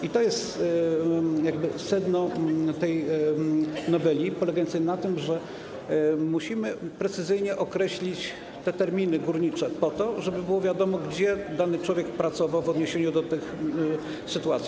I to jest sedno tej noweli polegające na tym, że musimy precyzyjnie określić te terminy górnicze po to, żeby było wiadomo, gdzie dany człowiek pracował, w odniesieniu do tych sytuacji.